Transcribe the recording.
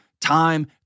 time